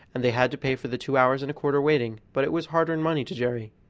and they had to pay for the two hours and a quarter waiting but it was hard-earned money to jerry.